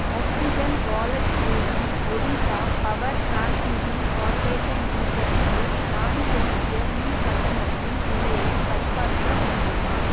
oxygen wallet மூலம் Odisha power transmission corporation லிமிட்டெடுக்கு நான் செலுத்திய மின் கட்டணத்தின் நிலையைச் சரிபார்க்க முடியுமா